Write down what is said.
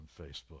Facebook